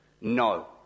No